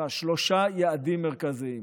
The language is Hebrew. שלושה יעדים מרכזיים: